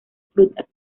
frutas